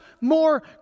more